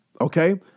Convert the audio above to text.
okay